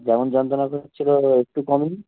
যেমন যন্ত্রণা করছিল ও একটু কমে নি